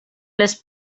les